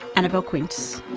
annabelle quince